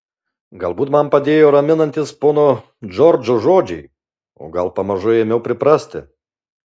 galbūt man padėjo raminantys pono džordžo žodžiai o gal pamažu ėmiau priprasti